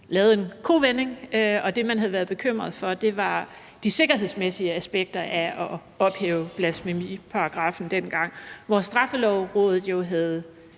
lavede en kovending, og det, man havde været bekymret for, var de sikkerhedsmæssige aspekter af at ophæve blasfemiparagraffen dengang, hvor Straffelovrådet jo havde